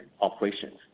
operations